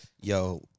Yo